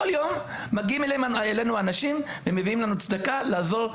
כל יום מגיעים אלינו אנשים ומביאים לנו צדקה לעזור,